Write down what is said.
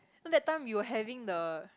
that time we were having the